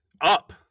Up